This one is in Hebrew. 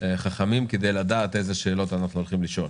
חכמים כדי לדעת איזה שאלות אנחנו הולכים לשאול,